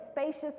spacious